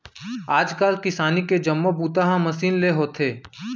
आज काल किसानी के जम्मो बूता ह मसीन ले होथे